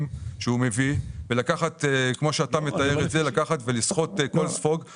שהוא מביא וכמו שאתה מתאר את זה לסחוט כל ספוג.